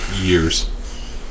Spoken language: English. years